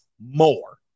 more